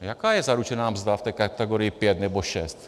Jaká je zaručená mzda v té kategorii 5 nebo 6?